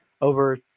over